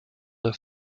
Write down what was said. der